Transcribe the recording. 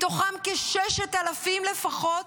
מתוכם כ-6,000 לוחמים לפחות.